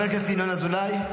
חבר הכנסת ינון אזולאי.